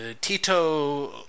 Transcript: Tito